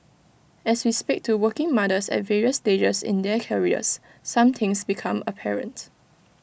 as we speak to working mothers at various stages in their careers some things become apparent